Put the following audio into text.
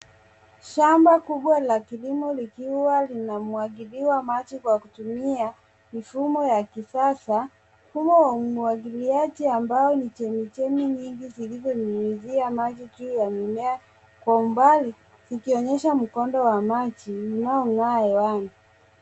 Shamba kubwa la kilimo likiwa linamwagiliwa maji kwa kutumia mfumo wa kisasa. Huo umwagiliaji ambao ni chemichemi nyingi zilizonyunyizia maji juu ya mimea kwa umbali zikionyesha mkondo wa waji unaong'aa hewani.